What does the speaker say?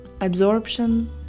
absorption